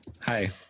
hi